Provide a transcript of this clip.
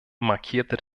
markierte